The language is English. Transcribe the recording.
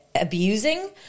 abusing